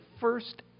first